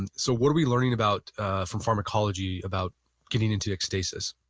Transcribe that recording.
and so what are we learning about from pharmacology about getting into ecstasis?